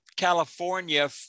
California